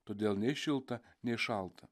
todėl nei šilta nei šalta